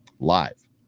live